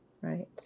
right